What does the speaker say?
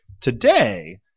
today